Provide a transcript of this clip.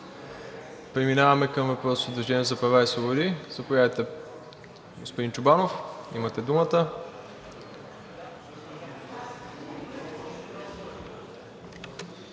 Преминаваме към въпрос от „Движение за права и свободи“. Заповядайте, господин Чобанов, имате думата.